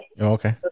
Okay